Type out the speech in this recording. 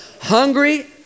Hungry